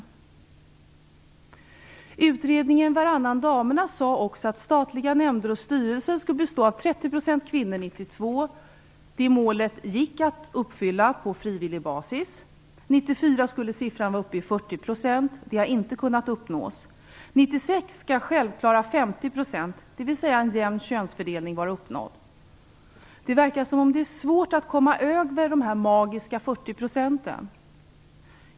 I utredningen Varannan damernas sades också att statliga nämnder och styrelser skulle bestå av 30 % kvinnor 1992. Det målet gick att uppfylla på frivillig basis. 1994 skulle siffran vara uppe i 40 %. Det har inte kunnat uppnås. 1996 skall självklara 50 %- en jämn könsfördelning - vara uppnådd. Det verkar som om det är svårt att komma över den magiska siffran 40 %.